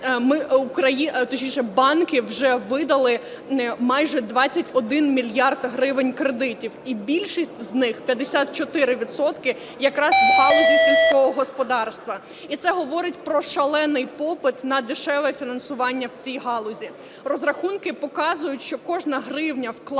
банки вже видали майже 21 мільярд гривень кредитів, і більшість з них, 54 відсотки, якраз в галузі сільського господарства. І це говорить про шалений попит на дешеве фінансування в цій галузі. Розрахунки показують, що кожна гривня, вкладена